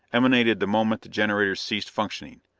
emanated the moment the generators ceased functioning.